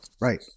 Right